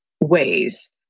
ways